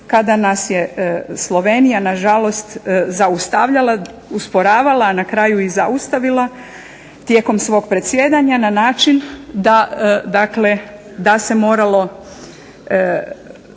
kada nas je Slovenija na žalost zaustavljala, usporavala a na kraju i zaustavila tijekom svog predsjedanja na način da, dakle